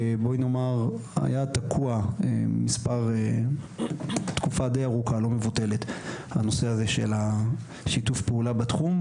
היה תקוע תקופה די ארוכה הנושא הזה של שיתוף הפעולה בתחום,